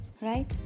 right